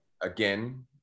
again